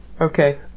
Okay